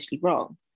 wrong